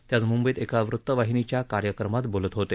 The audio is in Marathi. ते आज मुंबईत एका वृतवाहिनीच्या कार्यक्रमात बोलत होते